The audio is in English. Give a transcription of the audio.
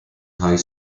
high